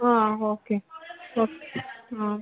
ಹಾಂ okay okay ಹಾಂ